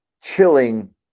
chilling